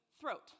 throat